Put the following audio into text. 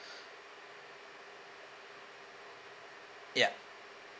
ya